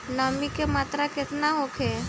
नमी के मात्रा केतना होखे?